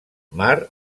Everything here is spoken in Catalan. mar